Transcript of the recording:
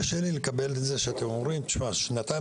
קשה לי לקבל את זה שאתם אומרים: שנתיים